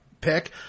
pick